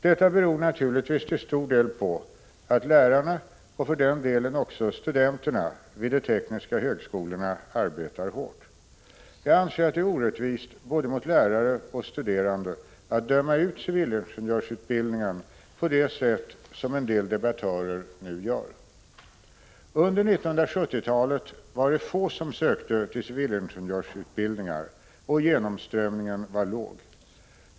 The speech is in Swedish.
Detta beror naturligtvis till stor del på att lärarna, och för den delen också studenterna, vid de tekniska högskolorna arbetar hårt. Jag anser att det är orättvist mot både lärare och studerande att döma ut civilingenjörsutbildningen på det sätt som en del debattörer nu gör. Under 1970-talet var det få som sökte till civilingenjörsutbildningar, och genomströmningen var låg.